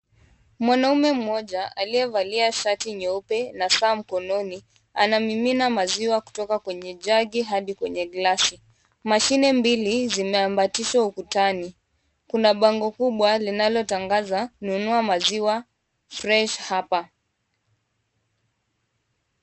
Mwanaume mmoja aliyevalia shati nyeupe na saa mkononi anamimina maziwa kutoka kwenye jagi hadi kwenye glasi. Mashine mbili zimeambatishwa ukutani. Kuna bango kubwa linalotangaza Nunua Maziwa Fresh Hapa.